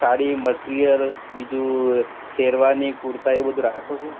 sari material બીજું શેરવાની કુર્તા એવું બધું રાખો છો